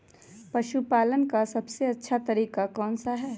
पशु पालन का सबसे अच्छा तरीका कौन सा हैँ?